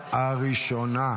לקריאה הראשונה.